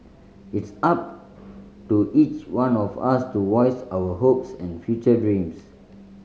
it's up to each one of us to voice our hopes and future dreams